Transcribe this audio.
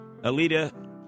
Alita